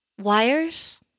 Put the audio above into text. Wires